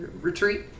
retreat